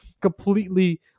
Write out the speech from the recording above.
completely